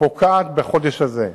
פוקעת בחודש הזה,